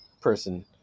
person